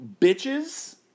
bitches